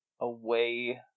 away